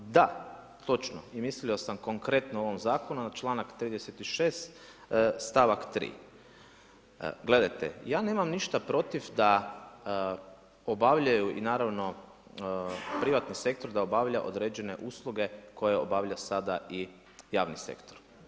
Da točno i mislio sam konkretno o ovom zakonu na članak 36. stavak 3. Gledajte ja nemam ništa protiv da obavljaju i naravno privatni sektor da obavlja određene usluge koje obavlja sada i javni sektor.